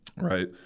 right